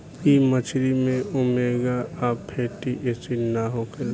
इ मछरी में ओमेगा आ फैटी एसिड ना होखेला